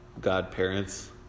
godparents